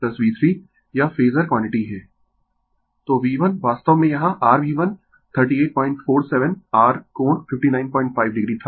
Refer Slide Time 0036 तो V1 वास्तव में यहाँ rV1 3847 r कोण 595 o था